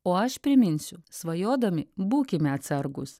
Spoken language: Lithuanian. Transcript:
o aš priminsiu svajodami būkime atsargūs